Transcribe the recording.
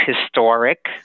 historic